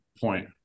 point